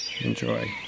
Enjoy